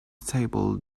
table